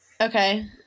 okay